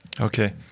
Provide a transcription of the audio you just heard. Okay